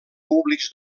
públics